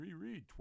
reread